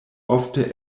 ofte